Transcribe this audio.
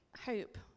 Hope